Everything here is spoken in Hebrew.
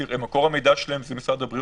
תראה, מקור המיידע שלהם הוא משרד הבריאות.